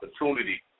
opportunity